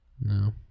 No